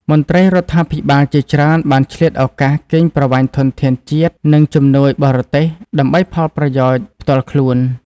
មន្ត្រីរដ្ឋាភិបាលជាច្រើនបានឆ្លៀតឱកាសកេងប្រវ័ញ្ចធនធានជាតិ និងជំនួយបរទេសដើម្បីផលប្រយោជន៍ផ្ទាល់ខ្លួន។